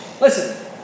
Listen